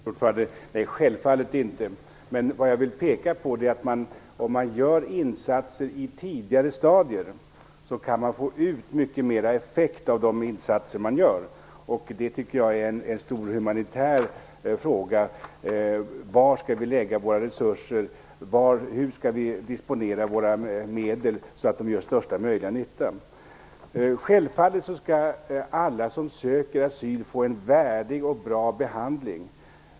Fru talman! Självfallet inte. Vad jag ville påpeka var att om man gör insatser i ett tidigt stadium kan man få ut mycket mer av de insatser som görs. Jag tycker att en stor humanitär fråga är: Var skall vi lägga våra resurser och hur skall vi disponera våra medel så att de gör största möjliga nytta? Självfallet skall alla som söker asyl få en värdig och bra behandling.